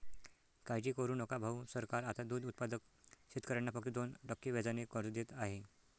काळजी करू नका भाऊ, सरकार आता दूध उत्पादक शेतकऱ्यांना फक्त दोन टक्के व्याजाने कर्ज देत आहे